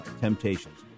Temptations